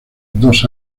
dos